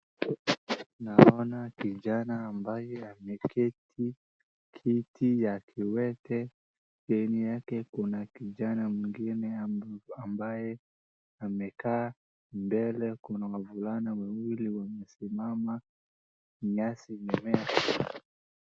Naona kijana ambaye ameketi kiti ya kiwete yenye yake Kuna kijana mwingine ambaye amekaa mbele Kuna wavulana wawili wamesimama nyasi imemea.